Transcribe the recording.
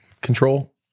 control